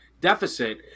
deficit